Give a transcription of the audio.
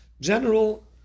general